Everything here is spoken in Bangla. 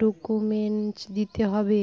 ডকুমেন্টস দিতে হবে?